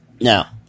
Now